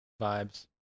vibes